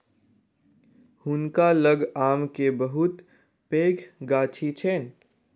हुनका लग आम के बहुत पैघ गाछी छैन